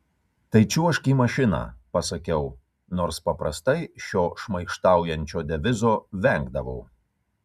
tai čiuožk į mašiną pasakiau nors paprastai šio šmaikštaujančio devizo vengdavau